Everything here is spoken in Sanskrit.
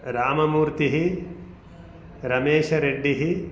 राममूर्तिः रमेशरेड्डि